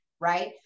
right